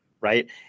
right